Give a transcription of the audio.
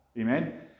amen